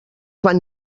van